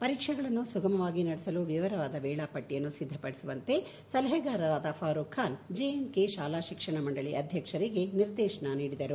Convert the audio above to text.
ಪರೀಕ್ಷೆಗಳನ್ನು ಸುಗಮವಾಗಿ ನಡೆಸಲು ವಿವರವಾದ ವೇಳಾಪಟ್ಟಿಯನ್ನು ಸಿದ್ದಪದಿಸುವಂತೆ ಸಲಹೆಗಾರರಾದ Farooq Khan J and K ಶಾಲಾ ಶಿಕ್ಷಣ ಮಂಡಳಿ ಅಧ್ಯಕ್ಷರಿಗೆ ನಿರ್ದೇಶನ ನೀಡಿದರು